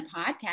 podcast